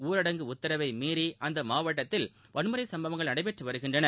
ஊரடங்கு உத்தரவை மீறி அந்த மாவட்டத்தில் வன்முறைச் சம்பவங்கள் நடைபெற்று வருகின்றன